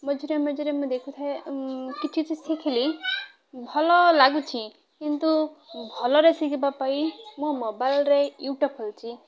ମଝିରେ ମଝିରେ ମୁଁ ଦେଖୁଥାଏ କିଛି ଶିଖିଲି ଭଲ ଲାଗୁଛି କିନ୍ତୁ ଭଲରେ ଶିଖିବା ପାଇଁ ମୁଁ ମୋବାଇଲରେ ୟୁଟ୍ୟୁବ୍ ଖୋଲିଛି